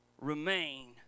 remain